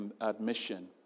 admission